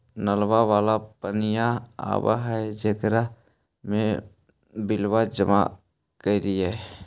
नलवा वाला पनिया आव है जेकरो मे बिलवा जमा करहिऐ?